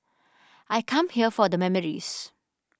I come here for the memories